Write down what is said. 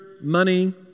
money